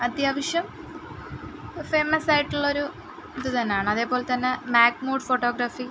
അത്യാവശ്യം ഫേമസ് ആയിട്ടുള്ള ഒരു ഇത് തന്നെയാണ് അതേപോലെ തന്നെ മാക്ക് മോഡ് ഫോട്ടോഗ്രാഫി